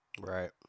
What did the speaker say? Right